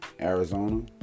Arizona